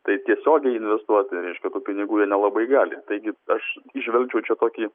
tai tiesiogiai investuoti reiškia tų pinigų jie nelabai gali taigi aš įžvelgčiau čia tokį